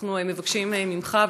ואנחנו מבקשים ממך,